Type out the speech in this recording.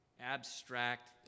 abstract